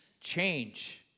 change